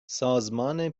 سازمان